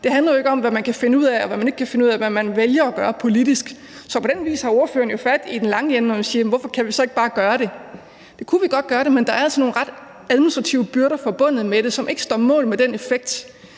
kan finde ud af, og hvad man ikke kan finde ud af, men hvad man vælger at gøre politisk. Så på den vis har ordføreren jo fat i den lange ende, når han siger, hvorfor vi så ikke bare kan gøre det. Vi kunne godt gøre det, men der er altså nogle administrative byrder forbundet med det, som ikke står mål med effekten.